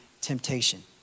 temptation